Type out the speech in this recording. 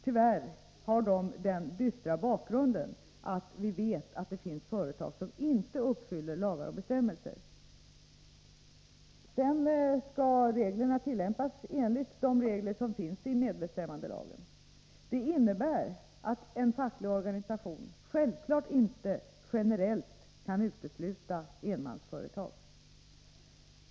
Tyvärr har de den dystra bakgrunden att det finns företag som inte uppfyller stadgandena i lagar och bestämmelser. Vetorätten skall tillämpas enligt de regler som finns i medbestämmandelagen. Det innebär att en facklig organisation självfallet inte generellt kan utesluta enmansföretag.